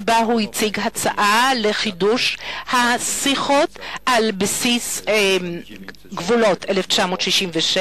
שבהם הוא הציג הצעה לחידוש השיחות על בסיס גבולות 1967,